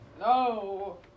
no